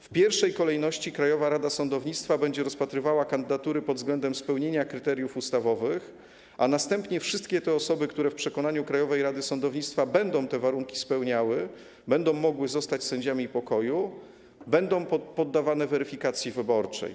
W pierwszej kolejności Krajowa Rada Sądownictwa będzie rozpatrywała kandydatury pod względem spełnienia kryteriów ustawowych, a następnie wszystkie te osoby, które w przekonaniu Krajowej Rady Sądownictwa będą te warunki spełniały i będą mogły zostać sędziami pokoju, będą poddawane weryfikacji wyborczej.